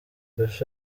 tosh